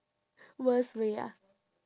worst way ah